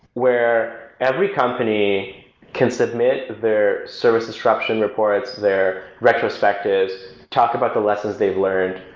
where every company can submit their service disruption reports, their retrospectives, talk about the lessons they've learned,